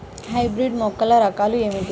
Hybrid మొక్కల రకాలు ఏమిటి?